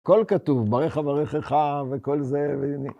כל כתוב, ברך אברכך וכל זה, והנה.